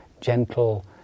gentle